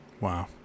Wow